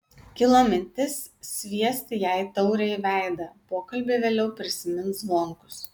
kilo mintis sviesti jai taurę į veidą pokalbį vėliau prisimins zvonkus